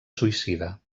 suïcida